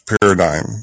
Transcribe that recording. paradigm